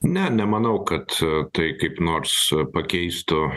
ne nemanau kad a tai kaip nors pakeistų